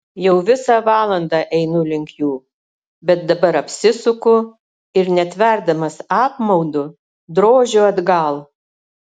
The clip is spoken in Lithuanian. jau visą valandą einu link jų bet dabar apsisuku ir netverdamas apmaudu drožiu atgal